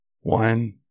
One